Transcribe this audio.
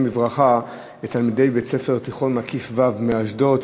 בברכה את תלמידי בית-ספר תיכון מקיף ו' מאשדוד,